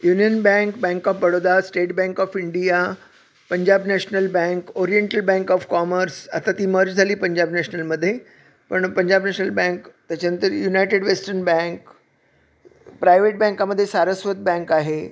union Bank Bank of Baroda State Bank of India Punjab National Bank Oriental Bank of Commerce आता ती merge झाली पंजाब नॅशनलमध्ये पण पंजाब नॅशनल बँक त्याच्यानंतर युनायटेड वेस्टन बँक प्रायवेट बँकामध्ये सारस्वत बँक आहे